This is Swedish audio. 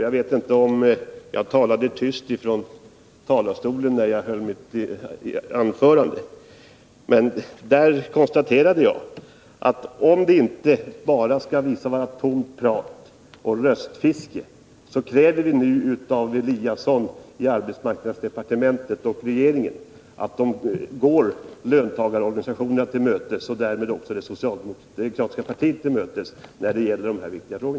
Jag vet inte om jag talade tyst från talarstolen när jag höll mitt anförande, men där konstaterade jag att vi för att det inte bara skall visa sig vara tomt prat och röstfiske verkligen kräver av arbetsmarknadsministern Eliasson och regeringen att de skall gå löntagarorganisationerna till mötes och därmed också det socialdemokratiska partiet till mötes när det gäller dessa viktiga frågor.